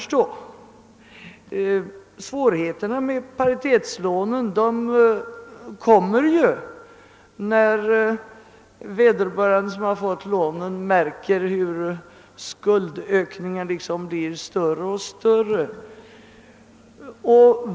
Svårigheterna med paritetslånen kommer ju när den som har fått lån märker hur skuldbördan blir större och större.